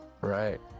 Right